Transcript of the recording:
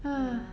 ha